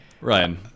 Ryan